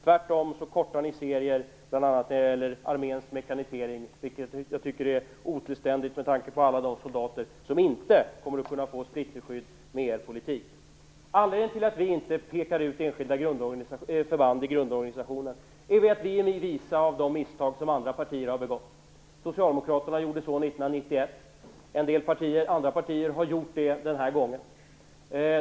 Tvärtom kortar ni serier, bl.a. när det gäller arméns mekanisering, vilket är otillständigt med tanke på alla de soldater som inte kommer att kunna få splitterskydd med er politik. Anledningen till att vi inte pekar ut enskilda förband i grundorganisationen är att vi är visa av de misstag som andra partier har begått. Socialdemokraterna gjorde sådana utpekanden 1991, andra partier har gjort det den här gången.